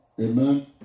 Amen